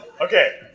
Okay